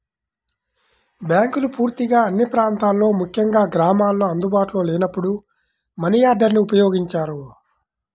బ్యాంకులు పూర్తిగా అన్ని ప్రాంతాల్లో ముఖ్యంగా గ్రామాల్లో అందుబాటులో లేనప్పుడు మనియార్డర్ని ఉపయోగించారు